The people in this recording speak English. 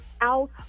Out